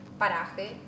paraje